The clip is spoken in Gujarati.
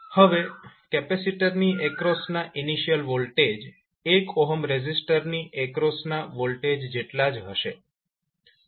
હવે કેપેસિટરની એક્રોસના ઇનિશિયલ વોલ્ટેજ 1 રેઝિસ્ટરની એક્રોસના વોલ્ટેજ જેટલા જ હશે